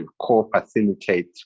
co-facilitate